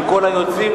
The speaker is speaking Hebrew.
מכל היוצאים,